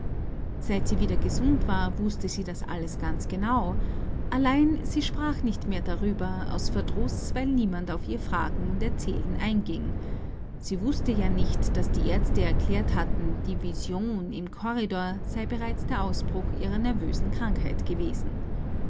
seit sie wieder gesund war wußte sie das alles ganz genau allein sie sprach nicht mehr darüber aus verdruß weil niemand auf ihr fragen und erzählen einging sie wußte ja nicht daß die aerzte erklärt hatten die vision im korridor sei bereits der ausbruch ihrer nervösen krankheit gewesen